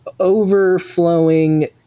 overflowing